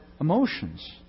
emotions